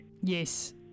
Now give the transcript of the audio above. Yes